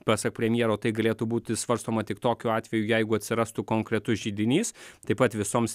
pasak premjero tai galėtų būti svarstoma tik tokiu atveju jeigu atsirastų konkretus židinys taip pat visoms